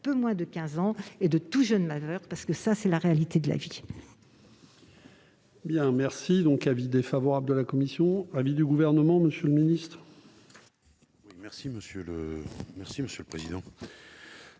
peu moins de 15 ans et de tout jeunes majeurs. Parce que c'est la réalité de la vie